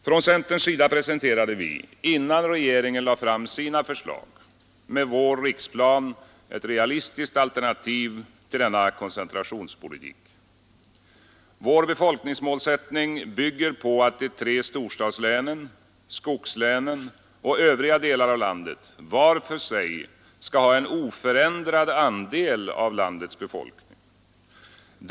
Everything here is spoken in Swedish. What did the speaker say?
Från centerns sida presenterade vi, innan regeringen lade fram sina förslag, med vår riksplan ett realistiskt alternativ till denna koncentrationspolitik. Vår befolkningsmålsättning bygger på att de tre storstadslänen, skogslänen och övriga delar av landet var för sig skall ha en oförändrad andel av landets befolkning.